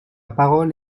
parole